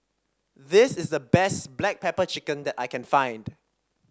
this is the best Black Pepper Chicken that I can find